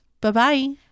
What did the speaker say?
Bye-bye